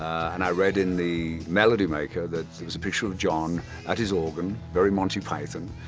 and i read in the melody maker that. it was a picture of jon at his organ, very monty python,